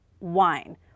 wine